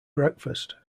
breakfast